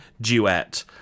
duet